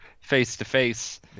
face-to-face